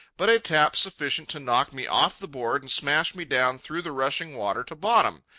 but a tap sufficient to knock me off the board and smash me down through the rushing water to bottom,